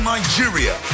Nigeria